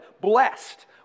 blessed